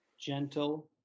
gentle